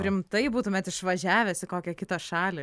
rimtai būtumėt išvažiavęs į kokią kitą šalį